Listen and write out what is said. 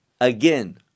again